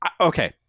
okay